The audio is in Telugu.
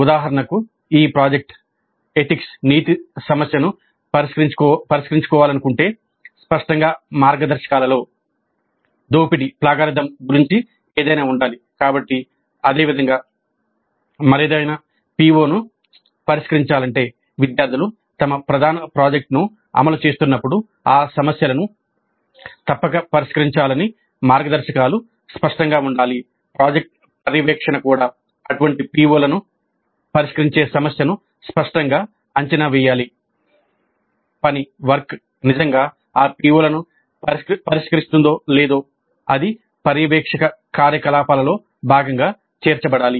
ఉదాహరణకు ఈ ప్రాజెక్ట్ నీతి నిజంగా ఆ PO లను పరిష్కరిస్తుందో లేదో అది పర్యవేక్షణ కార్యకలాపాల్లో భాగంగా చేర్చబడాలి